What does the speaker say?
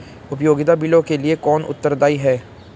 उपयोगिता बिलों के लिए कौन उत्तरदायी है?